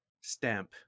Stamp